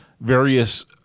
various